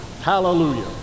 Hallelujah